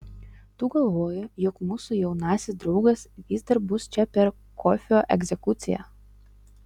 tu galvoji jog mūsų jaunasis draugas vis dar bus čia per kofio egzekuciją